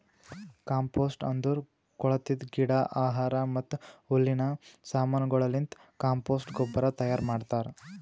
compost ಅಂದುರ್ ಕೊಳತಿದ್ ಗಿಡ, ಆಹಾರ ಮತ್ತ ಹುಲ್ಲಿನ ಸಮಾನಗೊಳಲಿಂತ್ ಕಾಂಪೋಸ್ಟ್ ಗೊಬ್ಬರ ತೈಯಾರ್ ಮಾಡ್ತಾರ್